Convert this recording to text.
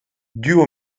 duo